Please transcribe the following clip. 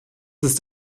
ist